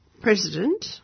president